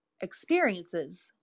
experiences